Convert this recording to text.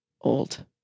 old